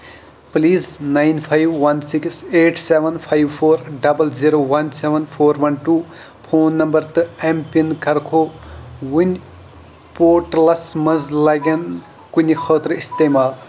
please nine five one six eight seven five four double zero one seven four one two phone number تہٕ M PIN کَرکھو وٕنۍ پوٹلس مَنٛز لگ اِن کُنہِ خٲطرٕ استعمال